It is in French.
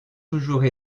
toujours